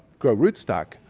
grow root stock,